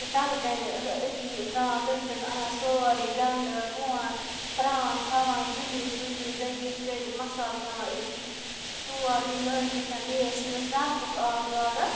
تَلہٕ کَنہِ أتی تران تٔتھۍ پٮ۪ٹھ اَنان سورُے گَنٛڈٕ رۄہَن پران تھاوان زٕلِتھ ؤلِتھ دٔگِتھ کٔرِتھ مصالہٕ تھاوان أتی سورُے لٲگِتھ بیٚیہِ حظ چھِنہٕ أسۍ نَلکُک آب لاگان